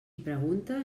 pregunta